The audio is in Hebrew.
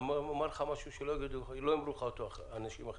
אני אומר לך משהו שלא יאמרו לך אותו אנשים אחרים.